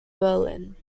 berlin